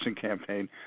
campaign